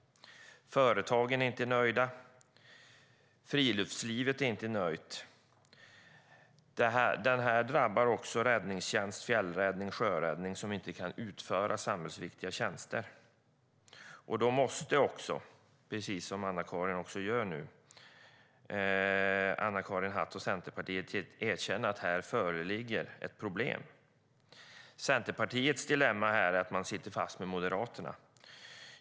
Företagen är inte nöjda. Inom friluftslivet är man inte nöjda. Det här drabbar också räddningstjänst, fjällräddning och sjöräddning som inte kan utföra samhällsviktiga tjänster. Då måste också Anna-Karin Hatt och Centerpartiet, precis som man gör nu, erkänna att här föreligger ett problem. Centerpartiets dilemma är att man sitter fast med Moderaterna.